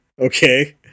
okay